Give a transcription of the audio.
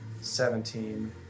seventeen